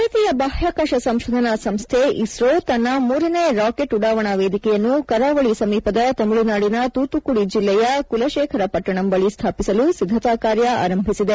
ಭಾರತೀಯ ಬಾಹ್ಯಾಕಾಶ ಸಂಶೋಧನಾ ಸಂಸ್ದೆ ಇಸ್ರೋ ತನ್ನ ಮೂರನೇ ರಾಕೆಟ್ ಉಡಾವಣಾ ವೇದಿಕೆಯನ್ನು ಕರಾವಳಿ ಸಮೀಪದ ತಮಿಳುನಾಡಿನ ತೂತುಕುದಿ ಜಿಲ್ಲೆಯ ಕುಲಶೇಖರಪಟ್ಟಣಂ ಬಳಿ ಸ್ಣಾಪಿಸಲು ಸಿದ್ದತಾ ಕಾರ್ಯ ಆರಂಭಿಸಿದೆ